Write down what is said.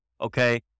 Okay